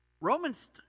Romans